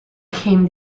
came